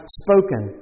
spoken